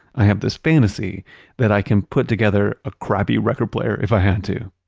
i have this fantasy that i can put together a crappy record player if i had to.